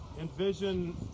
envision